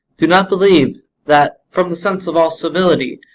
do not believe that, from the sense of all civility,